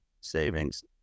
savings